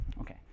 Okay